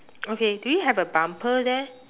okay do you have a bumper there